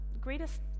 greatest